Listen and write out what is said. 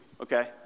okay